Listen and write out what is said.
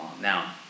Now